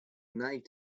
united